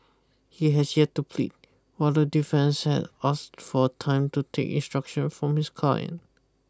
he has yet to plead while the defence had asked for time to take instruction from his client